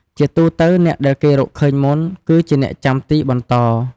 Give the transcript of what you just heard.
ជាទូទៅ អ្នកដែលគេរកឃើញមុន គឺជាអ្នកចាំទីបន្ត។